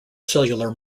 cellular